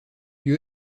lieu